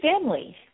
family